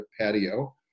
patio